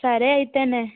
సరే అయితె